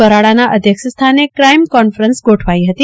ભરાડાના અધ્યક્ષસ્થાને crime conference ગોઠવાઇ હતી